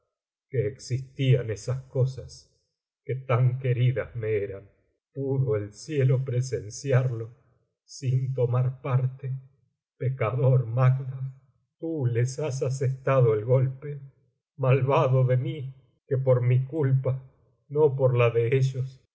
que existían esas cosas que tan queridas me eran pudo el cielo presenciarlo sin tomar parte pecador macduff tú les has asestado el golpe malvado de mí que por mi culpa no por la